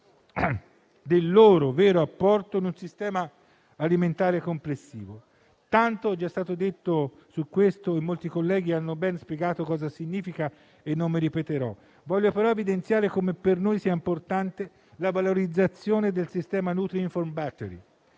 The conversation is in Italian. del loro vero apporto in un sistema alimentare complessivo. Tanto è già stato detto su questo e molti colleghi hanno ben spiegato cosa significhi, ragion per cui non mi ripeterò. Voglio, però, evidenziare come per noi sia importante la valorizzazione del sistema nutrinform battery